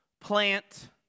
plant